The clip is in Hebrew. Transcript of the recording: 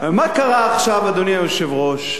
ומה קרה עכשיו, אדוני היושב-ראש?